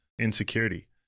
insecurity